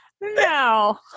no